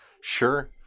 Sure